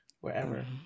wherever